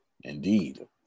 indeed